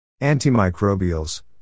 Antimicrobials